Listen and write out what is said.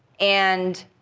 and